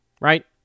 right